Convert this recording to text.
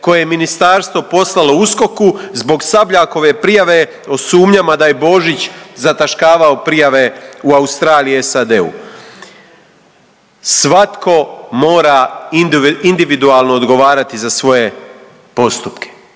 koje je ministarstvo poslalo UKOK-u zbog Sabljakove prijave o sumnjama da je Božić zataškavao prijave u Australiji i SAD-u. Svatko mora individualno odgovarati za svoje postupke.